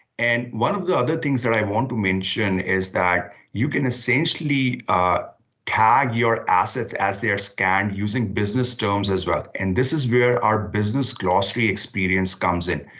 and one of the other things that i want to mention is that you can essentially tag your assets as they're scanned using business terms as well, and this is where our business glossary experience comes in.